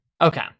Okay